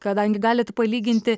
kadangi galit palyginti